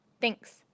Thanks